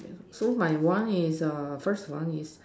so my one is err first one is